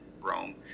Rome